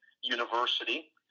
university